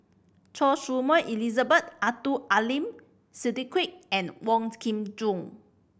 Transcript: Choy Su Moi Elizabeth Abdul Aleem Siddique and Wong Kin Jong